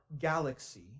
galaxy